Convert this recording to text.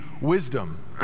wisdom